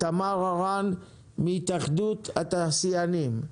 תמר הרן מהתאחדות התעשיינים,